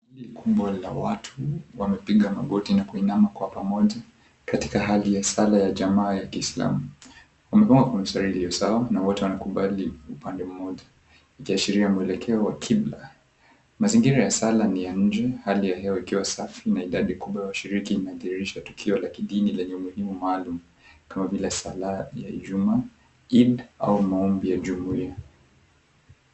Likumbo la watu wamepiga magoti na kuinama kwa pamoja katika hali ya sala ya jamaa ya kiislamu wamekwama kwa msaili ya usawa na wote wanakubali upande mmoja ikiashiria mwelekeo wa kibla. Mazingira ya sala ni ya nje hali ya hewa ikiwa safi na idadi kubwa ya washiriki inadhihirisha tukio la kidini lenye umuhimu maalum kama vile salaa ya ijumaa, Idd au maombi ya jumuiya.